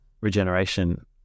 regeneration